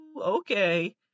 okay